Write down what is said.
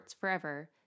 Forever